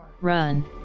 run